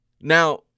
Now